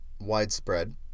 widespread